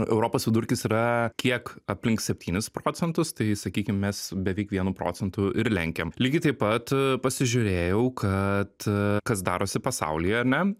europos vidurkis yra kiek aplink septynis procentus tai sakykim mes beveik vienu procentu ir lenkiam lygiai taip pat pasižiūrėjau kad kas darosi pasaulyje ar ne